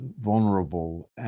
vulnerable